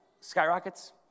skyrockets